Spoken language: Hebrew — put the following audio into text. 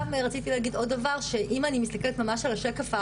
רציתי להגיד עוד דבר שאם אני מסתכלת ממש על השקף,